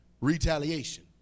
retaliation